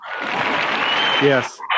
yes